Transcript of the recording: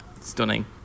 stunning